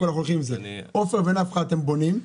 עופר ונפחא אתם בונים,